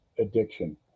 addiction